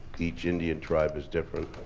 each indian tribe is different.